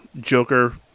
Joker